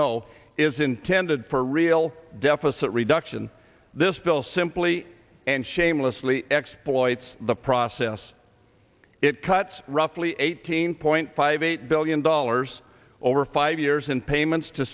no is intended for real deficit reduction this bill simply and shamelessly exploits the process it cuts roughly eighteen point five eight billion dollars over five years in payments to